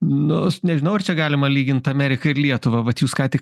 nu aš nežinau ar čia galima lygint ameriką ir lietuvą vat jūs ką tik